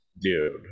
dude